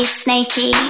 snaky